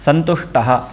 सन्तुष्टः